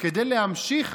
כדי להמשיך